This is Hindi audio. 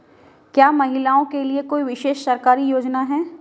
क्या महिलाओं के लिए कोई विशेष सरकारी योजना है?